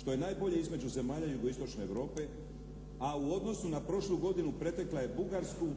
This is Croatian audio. Što je najbolje, između zemalja jugoistočne Europe, a u odnosu na prošlu godinu pretekla je Bugarsku,